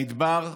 במדבר,